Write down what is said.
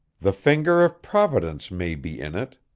the finger of providence may be in it,